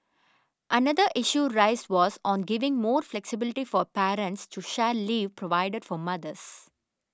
another issue raised was on giving more flexibility for parents to share leave provided for mothers